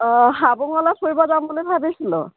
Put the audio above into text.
অঁ হাবুঙলৈ ফুৰিব যাম বুলি ভাবিছিলোঁ